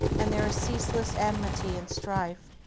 and there is ceaseless enmity and strife,